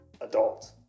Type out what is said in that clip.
adult